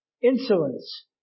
insolence